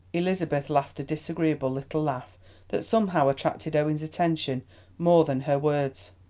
elizabeth laughed a disagreeable little laugh that somehow attracted owen's attention more than her words.